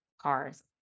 cars